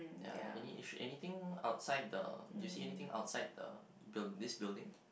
ya any issue anything outside the do you see anything outside the buil~ this building